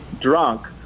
drunk